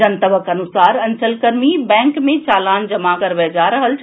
जनतबक अनुसार अंचल कर्मी बैंक मे चालान जमा करबए जा रहल छल